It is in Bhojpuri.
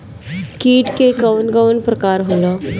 कीट के कवन कवन प्रकार होला?